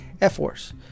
F-Force